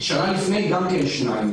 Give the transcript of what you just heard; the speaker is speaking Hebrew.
שנה לפני גם שתיים.